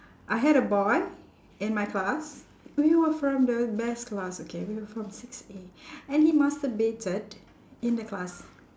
I had a boy in my class we were from the best class okay we were from six A and he masturbated in the class